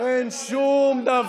אתה מדבר עלינו?